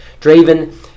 Draven